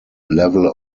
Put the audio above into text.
level